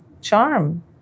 charm